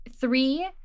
three